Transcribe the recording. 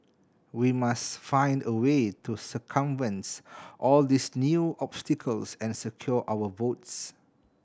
we must find a way to circumvents all these new obstacles and secure our votes